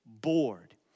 bored